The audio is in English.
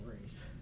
race